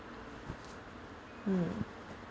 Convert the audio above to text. mm